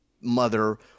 mother